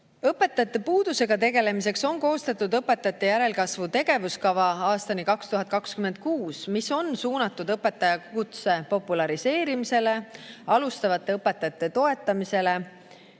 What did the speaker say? Õpetajate puudusega tegelemiseks on koostatud õpetajate järelkasvu tegevuskava aastani 2026, mis on suunatud õpetajakutse populariseerimisele, alustavate õpetajate toetamisele